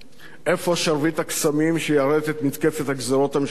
איפה "שרביט הקסמים" שיירט את מתקפת הגזירות המשולבת